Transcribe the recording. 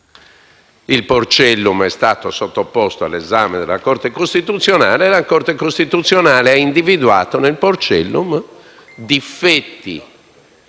Il Porcellum è stato sottoposto all'esame della Corte costituzionale, la quale ha individuato nel Porcellum difetti